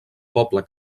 poble